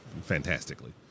fantastically